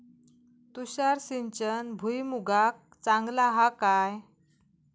तुषार सिंचन भुईमुगाक चांगला हा काय?